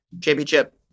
championship